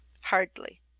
hardly.